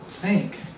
Thank